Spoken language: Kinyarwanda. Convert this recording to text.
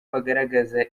bagaragaza